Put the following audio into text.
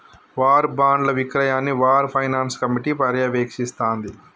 war బాండ్ల విక్రయాన్ని war finance committee పర్యవేక్షిస్తాంది